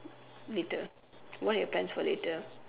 later what are your plans for later